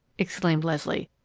exclaimed leslie.